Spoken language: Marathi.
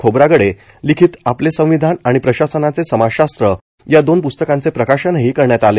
खोब्रागडे लिखित आपले संविधान आणि प्रशासनाचे समाजशास्त्र या दोन प्स्तकांचे प्रकाशनही करण्यात आले